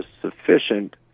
sufficient